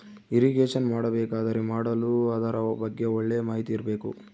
irrigation ಮಾಡಬೇಕಾದರೆ ಮಾಡಲು ಅದರ ಬಗ್ಗೆ ಒಳ್ಳೆ ಮಾಹಿತಿ ಇರ್ಬೇಕು